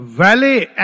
valley